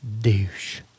Douche